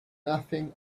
nothing